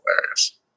hilarious